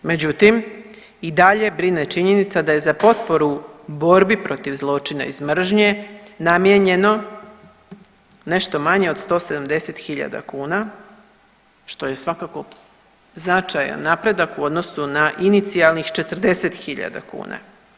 Međutim i dalje brine činjenica da je za potporu borbi protiv zločina iz mržnje namijenjeno nešto manje od 170 hiljada kuna što je svakako značajan napredak u odnosu na inicijalnih 40 hiljada kuna.